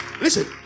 Listen